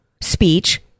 Speech